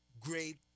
great